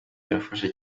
birafasha